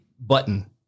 button